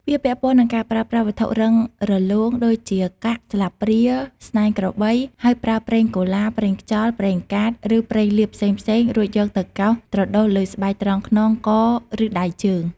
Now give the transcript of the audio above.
វាពាក់ព័ន្ធនឹងការប្រើប្រាស់វត្ថុរឹងរលោង ដូចជាកាក់ ស្លាបព្រា ស្នែងក្របី ហើយប្រើប្រេងកូឡា ប្រេងខ្យល់ ប្រេងកាត ឬប្រេងលាបផ្សេងៗ រួចយកទៅកោសត្រដុសលើស្បែកត្រង់ខ្នង ក ឬដៃជើង។